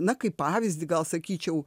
na kaip pavyzdį gal sakyčiau